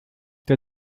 der